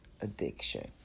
addiction